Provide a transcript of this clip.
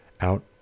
out